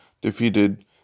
defeated